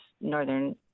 northern